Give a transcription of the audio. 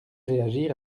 réagir